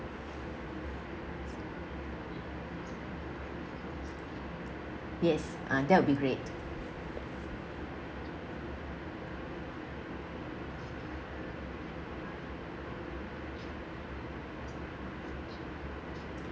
yes uh that will be great